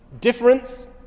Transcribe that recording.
Difference